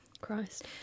Christ